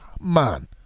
man